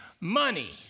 money